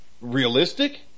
realistic